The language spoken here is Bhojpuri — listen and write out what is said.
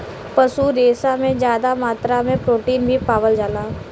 पशु रेसा में जादा मात्रा में प्रोटीन भी पावल जाला